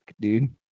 dude